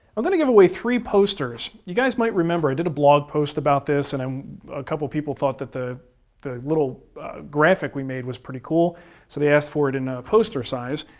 i'm going to give away three posters. you guys might remember. i did a blog post about this, and a couple of people thought that the the little graphic we made was pretty cool, so they asked for it in a poster size,